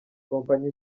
kompanyi